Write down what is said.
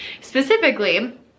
specifically